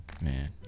man